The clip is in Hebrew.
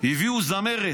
הביאו זמרת